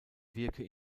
wirke